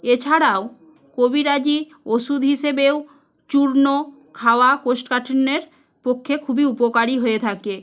এছাড়াও কবিরাজি ওষুধ হিসেবেও চূর্ণ খাওয়াও কোষ্ঠকাঠিন্যের পক্ষে খুবই উপকারী হয়ে থাকে